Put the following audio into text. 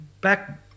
Back